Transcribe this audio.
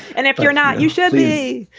and if you're not, you should be.